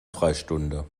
freistunde